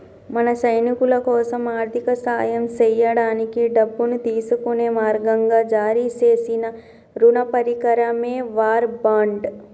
మన సైనికులకోసం ఆర్థిక సాయం సేయడానికి డబ్బును తీసుకునే మార్గంగా జారీ సేసిన రుణ పరికరమే వార్ బాండ్